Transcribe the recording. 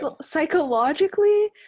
psychologically